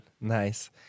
nice